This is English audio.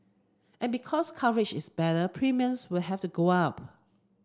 and because coverage is better premiums will have to go up